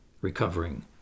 Recovering